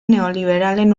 neoliberalen